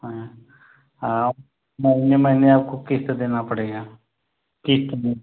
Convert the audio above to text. हाँ महीने महीने आपको क़िस्त देना पड़ेगा क़िस्त भी